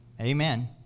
amen